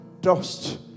dust